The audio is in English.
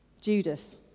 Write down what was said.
Judas